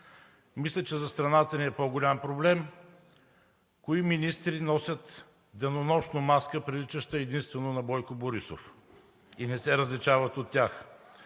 Мисля, че за страната ни е по-голям проблем кои министри носят денонощно маска, приличаща единствено на Бойко Борисов и не се различават от тях.